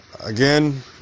Again